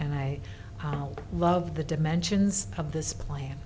and i love the dimensions of this plan